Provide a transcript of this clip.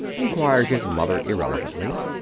inquired his mother irrelevantly.